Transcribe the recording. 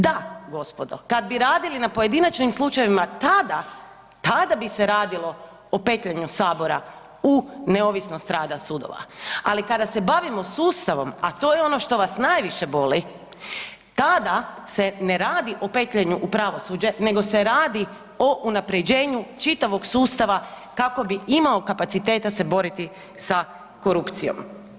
Da gospodo, kad bi radili na pojedinačnim slučajevima tada, tada bi se radilo o petljanju sabora u neovisnost rada sudova, ali kada se bavimo sustavom, a to je ono što vas najviše boli tada se ne radi o petljanju u pravosuđe nego se radi o unapređenju čitavog sustava kako bi imao kapaciteta se boriti sa korupcijom.